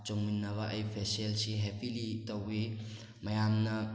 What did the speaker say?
ꯆꯣꯡꯃꯤꯟꯅꯕ ꯑꯩ ꯐꯦꯁꯦꯜꯁꯤ ꯍꯦꯄꯤꯂꯤ ꯇꯧꯏ ꯃꯌꯥꯝꯅ